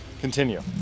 Continue